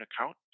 account